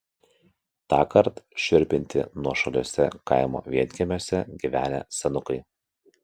tąkart šiurpinti nuošaliuose kaimo vienkiemiuose gyvenę senukai